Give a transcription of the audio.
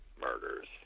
murders